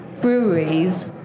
breweries